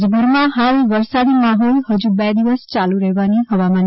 રાજ્યભરમાં હાલ વરસાદી માહોલ હજુ બે દિવસ ચાલુ રહેવાની હવામાન